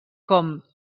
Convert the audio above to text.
com